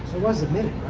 was a minute,